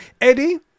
Eddie